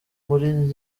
muri